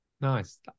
Nice